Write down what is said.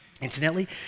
Incidentally